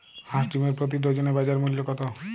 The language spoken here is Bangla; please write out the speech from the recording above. হাঁস ডিমের প্রতি ডজনে বাজার মূল্য কত?